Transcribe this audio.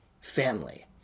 family